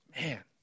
Man